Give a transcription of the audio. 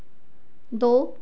दो